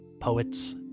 poets